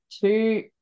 two